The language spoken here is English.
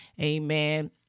Amen